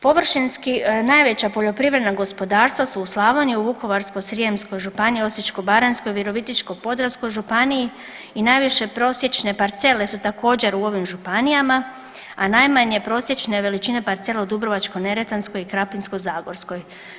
Površinski najveća poljoprivredna gospodarstva su u Slavoniji u Vukovarskoj-srijemskoj županiji, Osječko-baranjskoj, Virovitičko-podravskoj županiji i najviše prosječne parcele su također u ovim županijama, a najmanje prosječne veličine parcela u Dubrovačko-neretvanskoj i Krapinsko-zagorskoj.